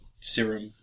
serum